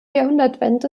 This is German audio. jahrhundertwende